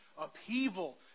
upheaval